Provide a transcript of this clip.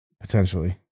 Potentially